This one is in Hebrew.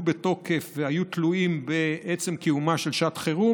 בתוקף והיו תלויים בעצם קיומה של שעת חירום,